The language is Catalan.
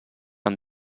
amb